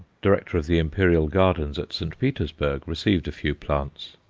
director of the imperial gardens at st. petersburg, received a few plants.